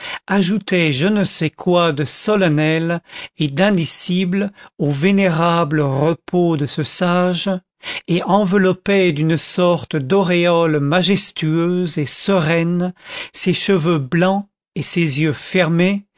ajoutaient je ne sais quoi de solennel et d'indicible au vénérable repos de ce sage et enveloppaient d'une sorte d'auréole majestueuse et sereine ces cheveux blancs et ces yeux fermés